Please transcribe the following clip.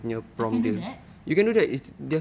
I can do that